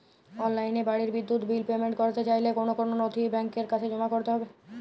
অনলাইনে বাড়ির বিদ্যুৎ বিল পেমেন্ট করতে চাইলে কোন কোন নথি ব্যাংকের কাছে জমা করতে হবে?